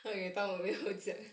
what did you talk about me